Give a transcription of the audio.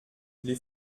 les